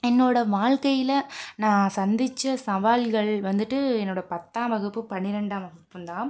என்னோட வாழ்க்கையில் நான் சந்தித்த சவால்கள் வந்துட்டு என்னோடய பத்தாம் வகுப்பு பனிரெண்டாம் வகுப்பும் தான்